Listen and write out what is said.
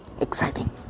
exciting